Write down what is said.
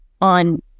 on